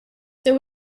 there